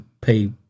pay